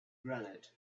granite